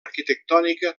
arquitectònica